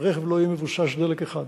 שהרכב לא יהיה מבוסס על דלק אחד.